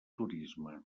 turisme